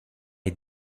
est